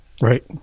right